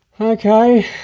Okay